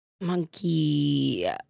monkey